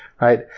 right